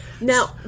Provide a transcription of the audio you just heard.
now